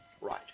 Right